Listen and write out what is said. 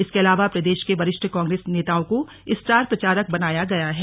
इसके अलावा प्रदेश के वरिष्ठ कांग्रेस नेताओं को स्टार प्रचारक बनाया गया है